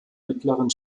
mittleren